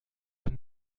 bin